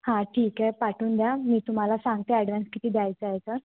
हां ठीक आहे पाठवून द्या मी तुम्हाला सांगते ॲडवान्स किती द्यायचाय